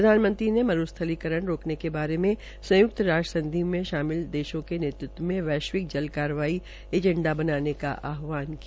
प्रधानमंत्री ने मरूस्थलीकरण को रोकने के बारे में संयुक्त राष्ट्र संधि में शामिल देशों के नेतृत्व में वैश्विक जल कार्रवाई एजेंडा बनाने का आहवान किया